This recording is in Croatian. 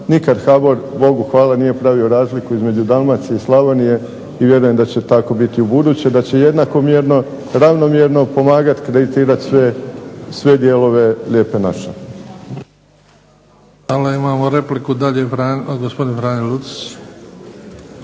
Nikad HBOR bogu hvala nije pravio razliku između Dalmacije i Slavonije i vjerujem da će tako biti i u buduće, da će jednakomjerno, ravnomjerno pomagati, kreditirati sve dijelove Lijepe naše. **Bebić, Luka (HDZ)** Hvala. Imamo repliku dalje gospodin Franjo Lucić.